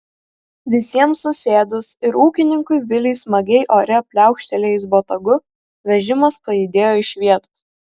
visiems susėdus ir ūkininkui viliui smagiai ore pliaukštelėjus botagu vežimas pajudėjo iš vietos